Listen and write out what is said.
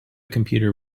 computer